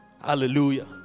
Hallelujah